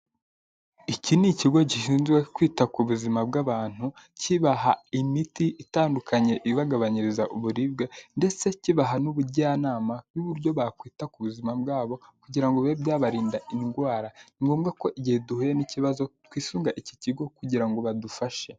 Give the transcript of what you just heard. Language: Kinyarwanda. Iki ni ikigo gishinzwe kwita ku buzima bw'abantu kibaha imiti itandukanye ibagabanyiriza uburibwe ndetse kibaha n'ubujyanama n'uburyo bakwita ku buzima bwabo kugira ngo bibe byabarinda indwara ni ngombwa ko igihe duhuye n'ikibazo twisunga iki kigo kugira ngo badufashe.